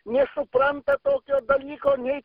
nesupranta tokio dalyko nei